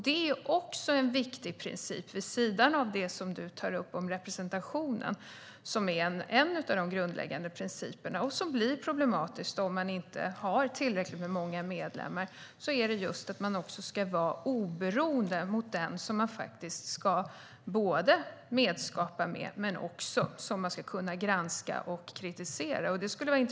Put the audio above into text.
Det är också en viktig princip, vid sidan av det som du tar upp om representationen, som är en av de grundläggande principerna och som blir problematisk om man inte har tillräckligt många medlemmar. Det handlar just om principen att man ska vara oberoende gentemot den som man ska medskapa med men också ska kunna granska och kritisera.